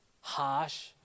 harsh